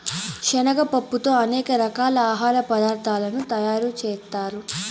శనగ పప్పుతో అనేక రకాల ఆహార పదార్థాలను తయారు చేత్తారు